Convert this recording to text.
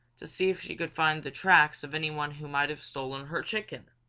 to see if she could find the tracks of anyone who might have stolen her chicken.